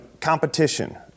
competition